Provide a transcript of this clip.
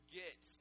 get